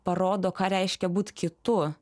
parodo ką reiškia būt kitu